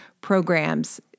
programs